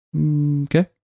Okay